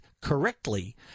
correctly